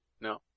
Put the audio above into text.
no